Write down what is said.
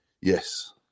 Yes